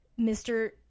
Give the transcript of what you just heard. Mr